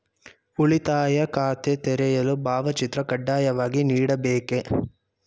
ಉಳಿತಾಯ ಖಾತೆ ತೆರೆಯಲು ಭಾವಚಿತ್ರ ಕಡ್ಡಾಯವಾಗಿ ನೀಡಬೇಕೇ?